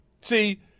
See